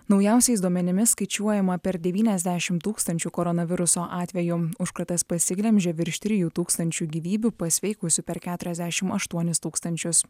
naujausiais duomenimis skaičiuojama per devyniasdešim tūkstančių koronaviruso atvejų užkratas pasiglemžė virš trijų tūkstančių gyvybių pasveikusių per keturiasdešim aštuonis tūkstančius